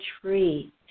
tree